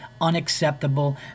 unacceptable